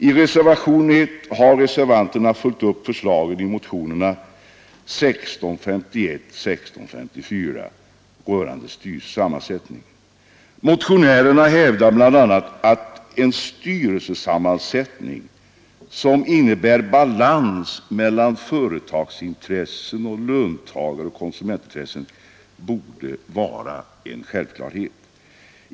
I reservationen 1 har reservanterna följt upp förslagen i motionerna 1651 och 1654 rörande styrelsens sammansättning. Motionärerna hävdar bl.a. att en styrelsesammansättning som innebär balans mellan företagsintressen samt konsumentoch löntagarintressen borde vara en självklarhet.